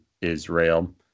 Israel